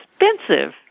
expensive